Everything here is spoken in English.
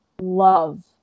love